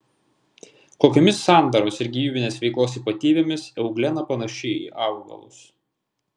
kokiomis sandaros ir gyvybinės veiklos ypatybėmis euglena panaši į augalus